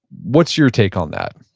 what's your take on that?